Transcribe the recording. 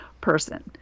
person